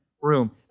room